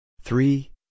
Three